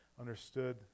understood